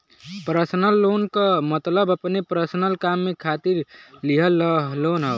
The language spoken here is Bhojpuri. पर्सनल लोन क मतलब अपने पर्सनल काम के खातिर लिहल लोन हौ